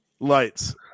Lights